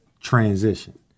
transition